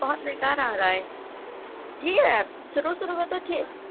بہت بیکار آ رہا ہے جی ہے شروع شروع میں تو ٹھیک